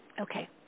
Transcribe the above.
Okay